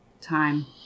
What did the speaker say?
time